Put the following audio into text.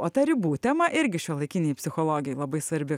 o ta ribų tema irgi šiuolaikinei psichologijai labai svarbi